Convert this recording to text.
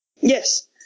Yes